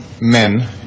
men